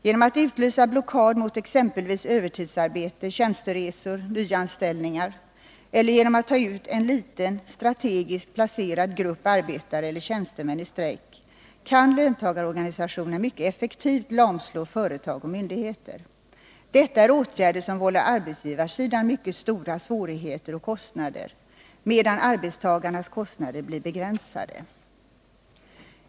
Genom att utlysa blockad mot exempelvis övertidsarbete, tjänsteresor och nyanställningar eller genom att tauten liten, strategiskt placerad grupp arbetare eller tjänstemän i strejk kan löntagarorganisationerna mycket effektivt lamslå företag och myndigheter. Detta är åtgärder som vållar arbetsgivarsidan mycket stora svårigheter och kostnader, medan arbetstagarnas kostnader blir begränsade.